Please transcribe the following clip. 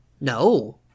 No